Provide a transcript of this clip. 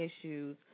issues